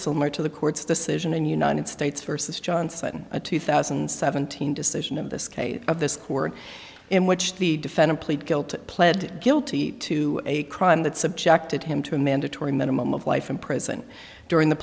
similar to the court's decision in the united states versus johnson a two thousand and seventeen decision in this case of this court in which the defendant plead guilty pled guilty to a crime that subjected him to a mandatory minimum of life in prison during the